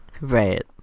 right